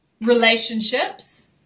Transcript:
relationships